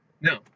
no